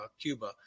Cuba